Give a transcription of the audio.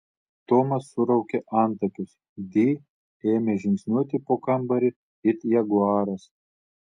tomas suraukė antakius di ėmė žingsniuoti po kambarį it jaguaras